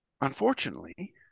Unfortunately